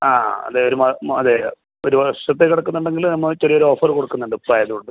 ആ അതെ ഒരു അതെ ഒരു വർഷത്തേക്ക് അടക്കുന്നുണ്ടെങ്കിൽ നമ്മൾ ചെറിയ ഒരു ഓഫറ് കൊടുക്കുന്നുണ്ട് ട്രയല് കൊണ്ട്